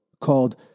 called